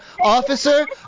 Officer